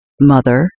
mother